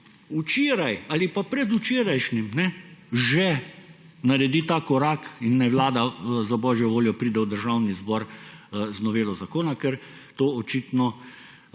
včeraj ali pa predvčerajšnjim že naredi ta korak in naj vlada za božjo voljo pride v Državni zbor z novelo zakona, ker to očitno